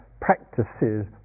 practices